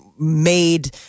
made